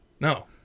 No